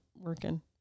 working